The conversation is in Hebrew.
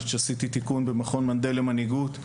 עד שעשיתי תיקון במכון מנדל למנהיגות,